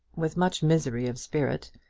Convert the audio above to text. with much misery of spirit,